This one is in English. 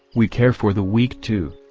we care for the weak too.